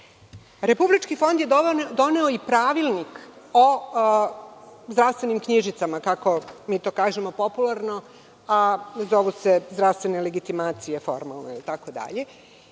to. Republički fond je doneo i Pravilnik o zdravstvenim knjižicama, kako mi to kažemo popularno, a zovu se zdravstvene legitimacije, formalno. U ovom